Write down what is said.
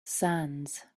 sands